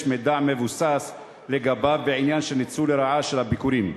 מידע מבוסס לגביו בעניין של ניצול לרעה של הביקורים.